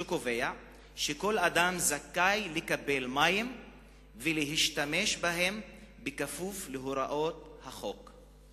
שקובע שכל אדם זכאי לקבל מים ולהשתמש בהם בכפוף להוראות החוק.